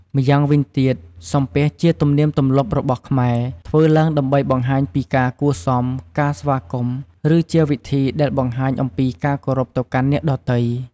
ម៉្យាងវិញទៀតសំពះជាទំនៀមទម្លាប់របស់ខ្មែរ ធ្វើឡើងដើម្បីបង្ហាញពីការគួរសម ការស្វាគមន៍ ឬជាវិធីដែលបង្ហាញអំពីការគោរពទៅកាន់អ្នកដ៏ទៃ។